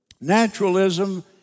Naturalism